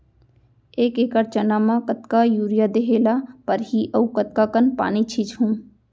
एक एकड़ चना म कतका यूरिया देहे ल परहि अऊ कतका कन पानी छींचहुं?